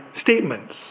statements